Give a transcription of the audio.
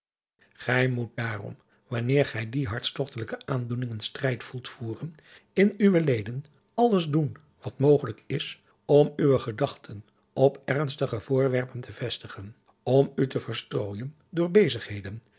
gij moet daarom wanneer gij die hartstogtelijke aandoeningen strijd voelt voeren in uwe leden alles doen wat mogelijk is om uwe gedachten op ernstige voorwerpen te vestigen om u te verstrooijen door bezigheden